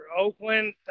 Oakland